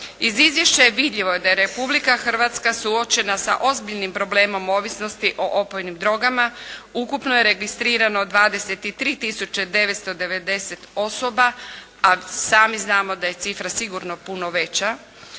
Iz izvješća je vidljivo da je Republika Hrvatska suočena sa ozbiljnim problemom ovisnosti o opojnim drogama. Ukupno je registrirano 23 tisuće 990 osoba a sami znamo da je cifra sigurno puno veća.